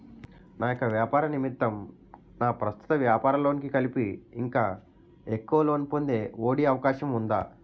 నా యెక్క వ్యాపార నిమిత్తం నా ప్రస్తుత వ్యాపార లోన్ కి కలిపి ఇంకా ఎక్కువ లోన్ పొందే ఒ.డి అవకాశం ఉందా?